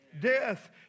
death